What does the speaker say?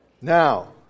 Now